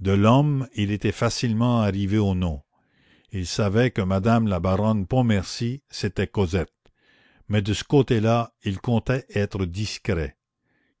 de l'homme il était facilement arrivé au nom il savait que madame la baronne pontmercy c'était cosette mais de ce côté-là il comptait être discret